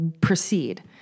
proceed